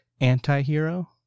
anti-hero